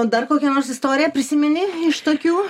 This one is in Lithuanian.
dar kokią nors istoriją prisimeni iš tokių